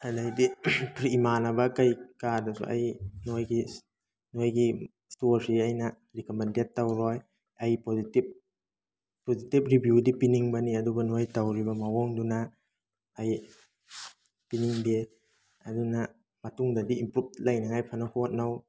ꯑꯗꯩꯗꯤ ꯏꯃꯥꯟꯅꯕ ꯀꯩ ꯀꯥꯗꯁꯨ ꯑꯩ ꯅꯣꯏꯒꯤ ꯅꯣꯏꯒꯤ ꯏꯁꯇꯣꯔꯁꯤ ꯑꯩꯅ ꯔꯤꯀꯝꯃꯦꯟꯗꯦꯠ ꯇꯧꯔꯣꯏ ꯑꯩ ꯄꯣꯖꯤꯇꯤꯕ ꯄꯣꯖꯤꯇꯤꯕ ꯔꯤꯕ꯭ꯌꯨꯗꯤ ꯄꯤꯅꯤꯡꯕꯅꯤ ꯑꯗꯨꯒ ꯅꯣꯏ ꯇꯧꯔꯤꯕ ꯃꯑꯣꯡꯗꯨꯅ ꯑꯩ ꯄꯤꯅꯤꯡꯗꯦ ꯑꯗꯨꯅ ꯃꯇꯨꯡꯗꯗꯤ ꯏꯝꯄ꯭ꯔꯨꯕ ꯂꯩꯅꯉꯥꯏ ꯐꯖꯅ ꯍꯣꯠꯅꯧ